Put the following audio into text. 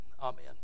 Amen